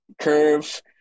Curve